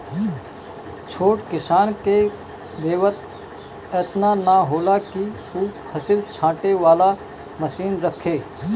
छोट किसान के बेंवत एतना ना होला कि उ फसिल छाँटे वाला मशीन रखे